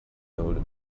note